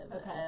Okay